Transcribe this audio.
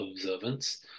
observance